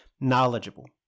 knowledgeable